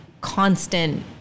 constant